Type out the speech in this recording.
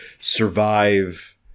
survive